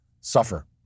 suffer